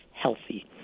healthy